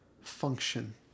function